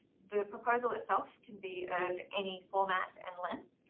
the proposal itself can be of any format and length.